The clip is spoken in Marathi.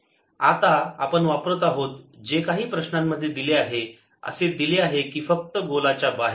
S R62sinθ3r50 आता आपण वापरत आहोत जे काही प्रश्नांमध्ये दिले आहे असे दिले आहे की फक्त गोलाच्या बाहेर